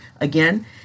again